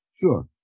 Sure